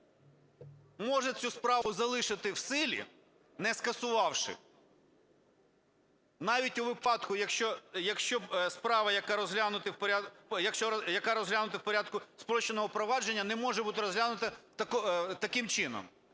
може цю справу залишити в силі, не скасувавши. Навіть у випадку, якщо справа, яка розглянута в порядку спрощеного провадження, не може бути розглянута таким чином.